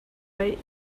paih